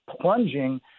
plunging